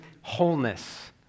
wholeness